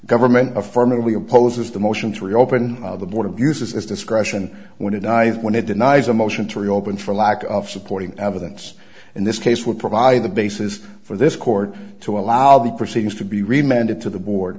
government affirmatively opposes the motion to reopen the board abuses its discretion when it dies when it denies a motion to reopen for lack of supporting evidence in this case would provide the basis for this court to allow the proceedings to be reminded to the board